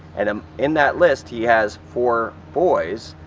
and um in that list, he has four boys.